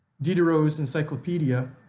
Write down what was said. diderot's encyclopedia,